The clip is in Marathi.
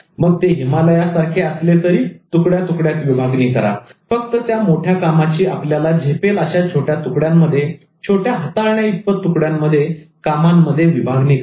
मग ते हिमालयासारखे असले तरी तुकड्या तुकड्यात विभागणी करा फक्त त्या मोठ्या कामाची आपल्याला झेपेल अशा छोट्या तुकड्यांमध्ये छोट्या हाताळण्या इतपत तुकड्यांमध्ये कामांमध्ये विभागणी करा